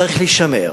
צריך להישמר,